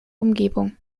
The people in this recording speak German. umgebung